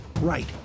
right